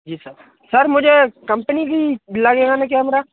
जी sir sir मुझे company की लगेगा ना कैमरा